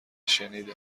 شنیدم